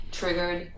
triggered